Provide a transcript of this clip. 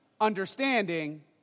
understanding